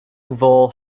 vole